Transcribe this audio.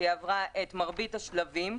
שהיא עברה את מרבית השלבים,